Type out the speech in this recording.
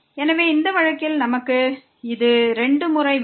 எனவே இந்த வழக்கில் நமக்கு இது 2 முறை வேண்டும்